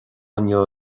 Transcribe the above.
inniu